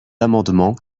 amendement